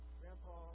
grandpa